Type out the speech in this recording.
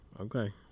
Okay